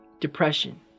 Depression